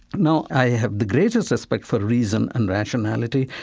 now, i have the greatest respect for reason and rationality,